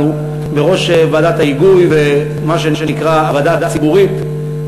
בראש ועדת ההיגוי ומה שנקרא המועצה הציבורית,